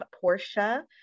Portia